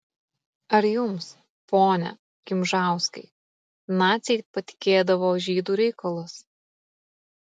ar jums pone gimžauskai naciai patikėdavo žydų reikalus